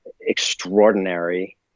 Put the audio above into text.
extraordinary